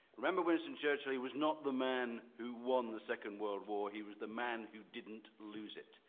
remember winston churchill, he was not the man who won the second world war, he was the man who didn't lose it.